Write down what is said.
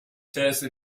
terzo